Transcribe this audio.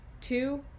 Two